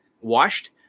washed